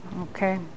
okay